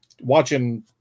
watching